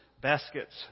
baskets